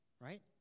right